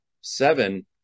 seven